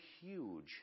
huge